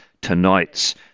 tonight's